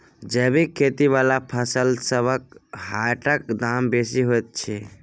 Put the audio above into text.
जैबिक खेती बला फसलसबक हाटक दाम बेसी होइत छी